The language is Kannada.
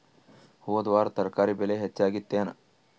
ಹೊದ ವಾರ ತರಕಾರಿ ಬೆಲೆ ಹೆಚ್ಚಾಗಿತ್ತೇನ?